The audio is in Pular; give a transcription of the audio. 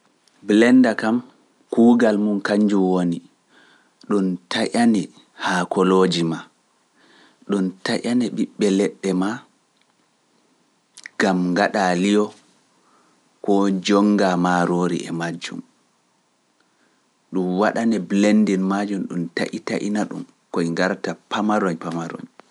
Bilenda kam kuugal mum kanjun woni ɗum taƴane haakolooji maa. ɗum taƴane ɓiɓɓe leɗɗe maa, gam ngaɗa liyo koo njonnga maaroori e majjum, ɗum waɗane blenda majum ɗum taƴita ina ɗum koye ngarta pamaroñ pamaroñ.